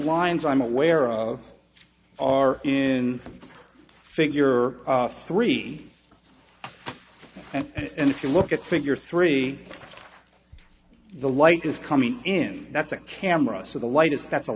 lines i'm aware of are in figure three and if you look at figure three the light is coming in that's a camera so the light is that's a